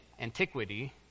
antiquity